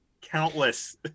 Countless